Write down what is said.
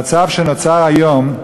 במצב שנוצר היום,